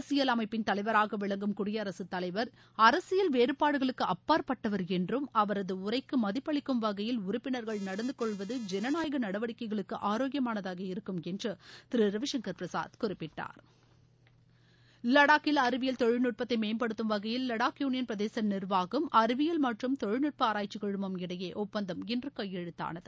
அரசியல் அமைப்பின் தலைவராக விளங்கும் குடியரகத் தலைவர் அரசியல் வேறுபாடுகளுக்கு அப்பாற்பட்டவர் என்றும் அவரது உரைக்கு மதிப்பளிக்கும் வகையில் உறுப்பினர்கள் நடந்து கொள்வது ஜனநாயக நடவடிக்கைகளுக்கு ஆரோக்கியமானதாக இருக்கும் என்று திரு ரவிசங்கர் பிரசாத் குறிப்பிட்டார் லடாக்கில் அறிவியல் தொழில் நுட்பத்தை மேம்படுத்தும் வகையில் லடாக் யூளியள் பிரதேச நிர்வாகம் அறிவியல் மற்றும் தொழில்நுட்ப ஆராய்ச்சி குழுமம் இடையே ஒப்பந்தம் இன்று கையெழுத்தானது